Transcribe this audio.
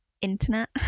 internet